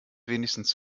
wenigstens